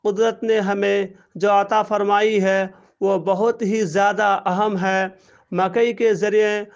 قدرت نے ہمیں جو عطا فرمائی ہے وہ بہت ہی زیادہ اہم ہے مکئی کے ذریعے